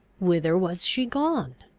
whither was she gone?